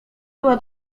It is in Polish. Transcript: była